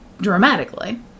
dramatically